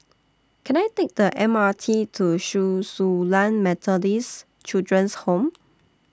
Can I Take The M R T to Chen Su Lan Methodist Children's Home